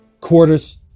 quarters